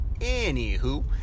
Anywho